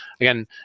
again